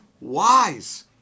wise